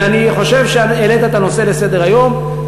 ואני חושב שהעלית את הנושא לסדר-היום,